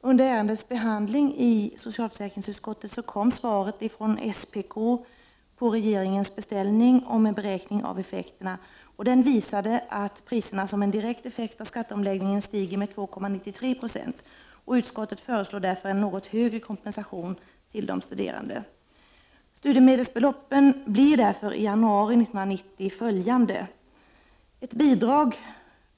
Under ärendets behandling i socialförsäkringsutskottet kom svaret från SPK på regeringens beställning av en beräkning av effekterna. Den visade att priserna som en direkt effekt av skatteomläggningen stiger med 2,93 70. Utskottet föreslår därför en något högre kompensation till de studerande. Studiemedelsbeloppen blir därför i januari 1990 följande: ett bidrag